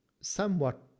somewhat